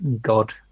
god